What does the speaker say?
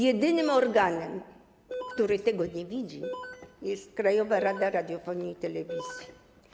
Jedynym organem, który tego nie widzi, jest Krajowa Rada Radiofonii i Telewizji.